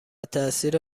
تاثیر